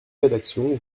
rédaction